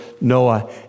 Noah